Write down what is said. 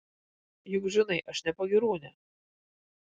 juk žinai aš ne pagyrūnė